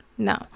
No